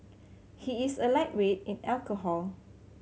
he is a lightweight in alcohol